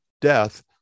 death